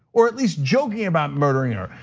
or at least joking about murdering her.